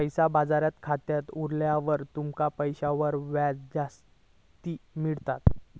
पैसा बाजारात खाता उघडल्यार तुमका पैशांवर व्याज जास्ती मेळताला